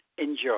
enjoy